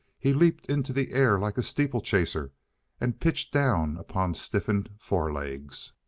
he leaped into the air like a steeplechaser and pitched down upon stiffened forelegs.